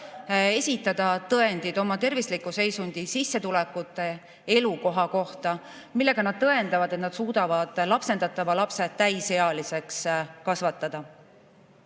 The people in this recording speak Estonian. esitada tõendid oma tervisliku seisundi, sissetulekute ja elukoha kohta, millega nad tõendavad, et nad suudavad lapsendatava lapse täisealiseks kasvatada.